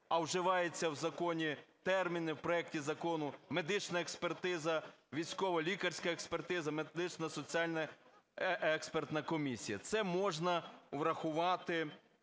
А вживаються в законі терміни, в проекті закону: медична експертиза, військово-лікарська експертиза, медико-соціальна експертна комісія. Це можна врахувати